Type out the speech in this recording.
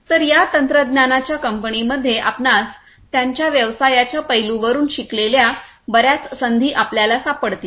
तर या तंत्रज्ञानाच्या कंपनीमध्ये आपणास त्याच्या व्यवसायाच्या पैलूंवरुन शिकलेल्या बर्याच संधी आपल्याला सापडतील